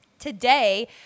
Today